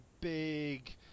big